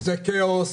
זה כאוס,